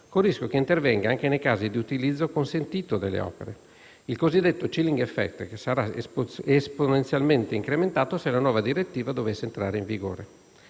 il rischio che intervenga, anche nei casi di utilizzo consentito delle opere, il cosiddetto *chilling effect*, che sarà esponenzialmente incrementato se la nuova direttiva dovesse entrare in vigore.